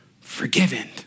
Forgiven